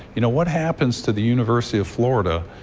you know what happens to the university of florida.